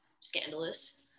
scandalous